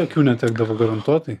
akių netekdavo garantuotai